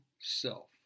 self